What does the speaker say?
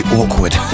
awkward